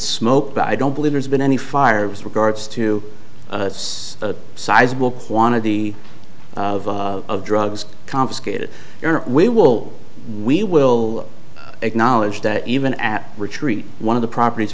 smoke but i don't believe there's been any fire with regards to us a sizable quantity of drugs confiscated or we will we will acknowledge that even at retreat one of the properties